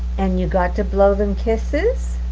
and you got to blow them kisses?